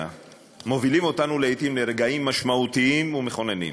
מובילים אותנו לעיתים לרגעים משמעותיים ומכוננים,